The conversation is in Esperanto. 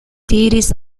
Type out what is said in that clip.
diris